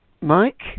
Mike